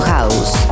House